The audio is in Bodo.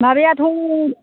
माबायाथ'